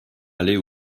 aller